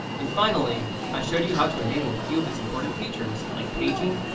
and finally, i showed you how to enable a few of its important features like paging,